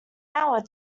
hour